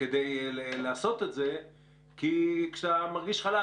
כדי לעשות את זה כי כשאתה מרגיש חלש,